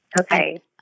Okay